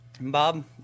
Bob